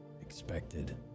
expected